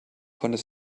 konnte